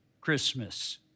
Christmas